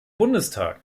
bundestag